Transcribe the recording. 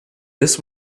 this